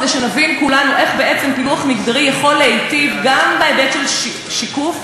כדי שנבין כולנו איך פילוח מגדרי יכול להיטיב גם בהיבט של שיקוף,